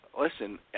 listen